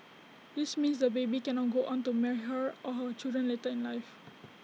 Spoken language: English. this means the baby cannot go on to marry her or her children later in life